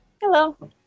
Hello